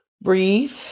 breathe